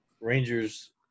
Rangers